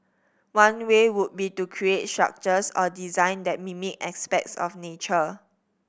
one way would be to create structures or designs that mimic aspects of nature